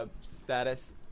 status